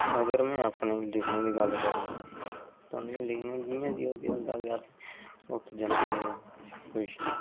अगर में आपने लिखने दी गल्ल करां ता में लिखना जियां केह् होंदा के अस उत्त जन्दे हे कुश